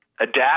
adapt